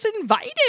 invited